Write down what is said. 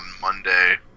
Monday